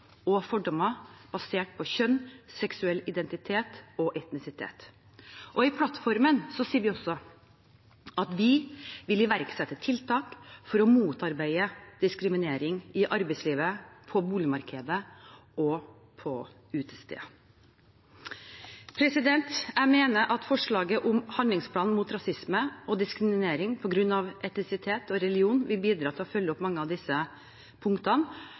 og fordommer basert på kjønn, seksuell identitet og etnisitet». I plattformen sier vi også at vi vil «[i]verksette tiltak for å motarbeide diskriminering i arbeidslivet, boligmarkedet og på utesteder». Jeg mener at forslaget om en handlingsplan mot rasisme og diskriminering på grunn av etnisitet og religion vil bidra til å følge opp mange av disse punktene.